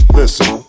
listen